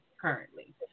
currently